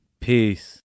Peace